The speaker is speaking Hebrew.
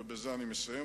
ובזה אני מסיים,